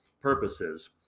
purposes